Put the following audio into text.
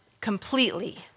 completely